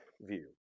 view